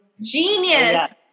genius